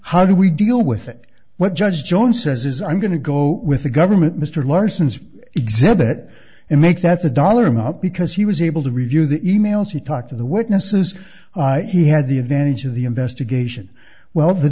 how do we deal with it what judge jones says is i'm going to go with the government mr larson's exhibit and make that the dollar amount because he was able to review the e mails he talked to the witnesses he had the advantage of the investigation well the